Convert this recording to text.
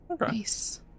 Nice